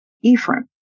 Ephraim